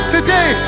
Today